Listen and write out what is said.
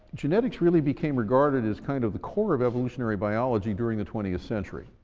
genetics really became regarded as kind of the core of evolutionary biology during the twentieth century,